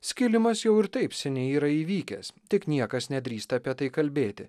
skilimas jau ir taip seniai yra įvykęs tik niekas nedrįsta apie tai kalbėti